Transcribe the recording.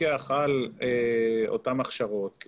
לפקח על אותו הכשרות ,